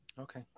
Okay